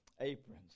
aprons